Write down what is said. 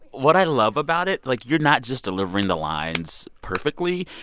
what i love about it like, you're not just delivering the lines perfectly.